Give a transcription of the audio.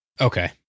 Okay